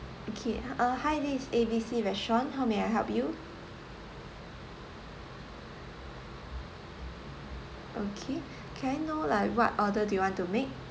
okay uh hi this is A B C restaurant how may I help you okay can I you know like what order do you want to make